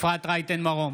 אפרת רייטן מרום,